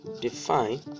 define